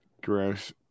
Gross